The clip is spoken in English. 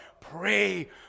Pray